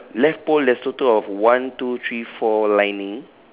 left pole there's total of one two three four lining